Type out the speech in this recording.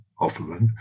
Opperman